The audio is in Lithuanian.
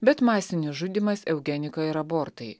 bet masinis žudymas eugenika ir abortai